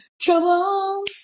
trouble